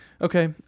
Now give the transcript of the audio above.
Okay